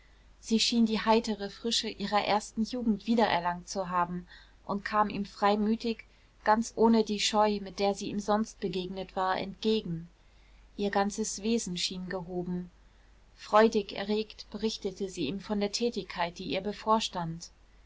sie schien die heitere frische ihrer ersten jugend wieder erlangt zu haben und kam ihm freimütig ganz ohne die scheu mit der sie ihm sonst begegnet war entgegen ihr ganzes wesen schien gehoben freudig erregt berichtete sie von der tätigkeit die ihr bevorstand